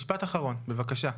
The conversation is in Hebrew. משפט אחרון, בבקשה.